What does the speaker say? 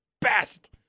best